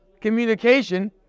communication